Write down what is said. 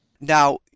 Now